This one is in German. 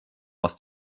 aus